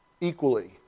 Equally